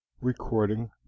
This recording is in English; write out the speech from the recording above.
Recording